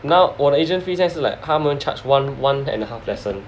now 我的 agent fee 现在 like 他们是 charge like one one and a half lesson